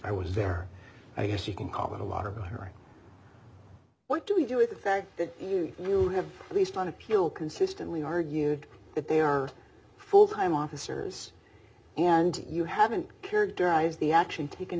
i was there i guess you can call it a lot of her what do you do with that that you have at least on appeal consistently argued that they are full time officers and you haven't characterize the action taken